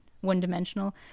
one-dimensional